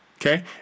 Okay